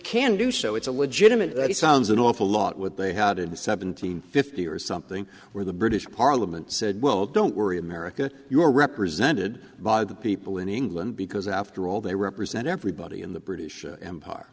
can do so it's a legitimate he sounds an awful lot with they had in seventeen fifty or something where the british parliament said well don't worry america you are represented by the people in england because after all they represent everybody in the british empire